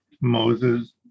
Moses